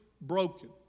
broken